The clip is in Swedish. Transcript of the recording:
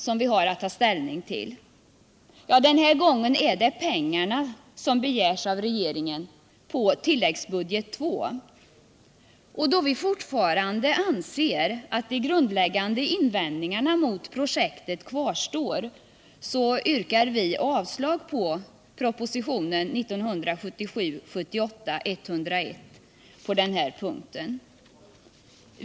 Den här gången gäller det de pengar som begärs av regeringen på tilläggsbudget II. Då vi fortfarande anser att de grundläggande invändningarna mot projektet kvarstår, yrkar vi avslag på propositionen 1977/78:101 när det gäller den här punkten.